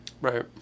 Right